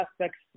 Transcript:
aspects